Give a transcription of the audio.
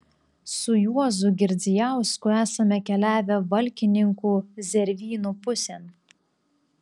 su juozu girdzijausku esame keliavę valkininkų zervynų pusėn